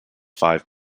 five